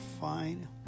fine